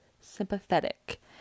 sympathetic